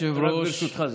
רק ברשותך,